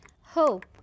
Hope